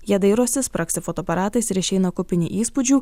jie dairosi spragsi fotoaparatais ir išeina kupini įspūdžių